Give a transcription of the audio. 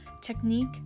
technique